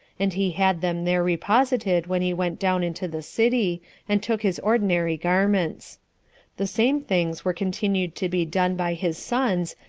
and he had them there reposited when he went down into the city, and took his ordinary garments the same things were continued to be done by his sons,